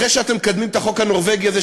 אחרי שאתם מקדמים את החוק הנורבגי הזה,